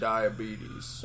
Diabetes